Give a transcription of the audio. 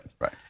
right